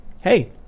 Hey